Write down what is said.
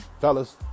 Fellas